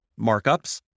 markups